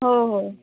हो हो